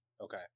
Okay